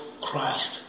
Christ